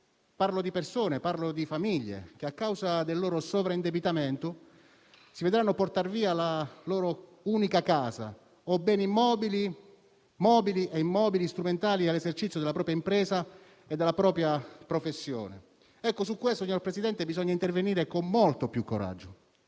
cittadini: persone e famiglie che, a causa del loro sovraindebitamento, si vedranno portar via la loro unica casa o beni mobili e immobili strumentali all’esercizio della propria impresa e professione. Su questo, signor Presidente, bisogna intervenire con molto più coraggio.